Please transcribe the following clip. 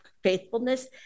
faithfulness